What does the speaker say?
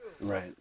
Right